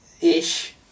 Ish